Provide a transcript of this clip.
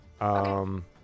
Okay